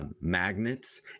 Magnets